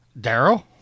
Daryl